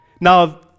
Now